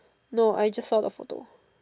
no I just saw the photo